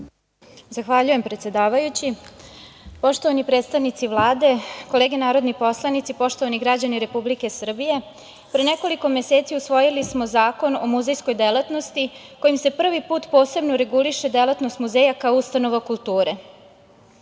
Zahvaljujem, predsedavajući. Poštovani predstavnici Vlade, kolege narodni poslanici, poštovani građani Republike Srbije, pre nekoliko meseci usvojili smo Zakon o muzejskoj delatnosti kojim se prvi put posebno reguliše delatnost muzeja kao ustanova kulture. Muzeji